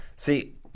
See